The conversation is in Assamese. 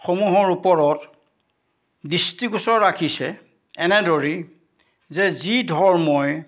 সমূহৰ ওপৰত দৃষ্টিগোচৰ ৰাখিছে এনেদৰেই যে যি ধৰ্মই